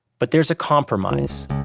but there is a compromise.